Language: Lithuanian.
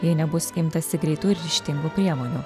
jei nebus imtasi greitų ir ryžtingų priemonių